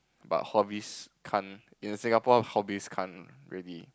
but hobbies can't in Singapore hobbies can't really